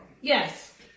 Yes